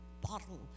bottle